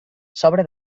sobre